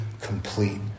complete